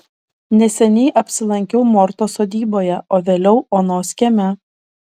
neseniai apsilankiau mortos sodyboje o vėliau onos kieme